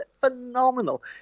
phenomenal